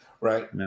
Right